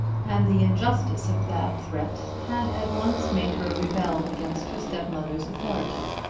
and the injustice of that threat had at once made her rebel against her stepmother's authority.